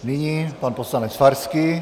Nyní pan poslanec Farský.